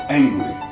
angry